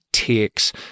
takes